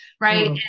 right